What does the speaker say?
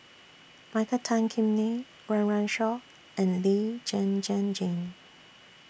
Michael Tan Kim Nei Run Run Shaw and Lee Zhen Zhen Jane